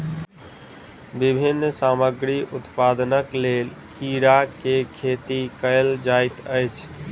विभिन्न सामग्री उत्पादनक लेल कीड़ा के खेती कयल जाइत अछि